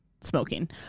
smoking